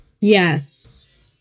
Yes